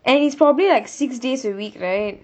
and it's probably like six days a week right